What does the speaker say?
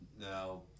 now